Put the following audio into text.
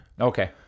Okay